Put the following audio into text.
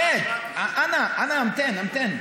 הבט, אנא המתן, המתן.